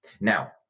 now